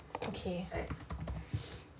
okay